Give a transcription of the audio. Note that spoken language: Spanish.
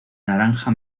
naranja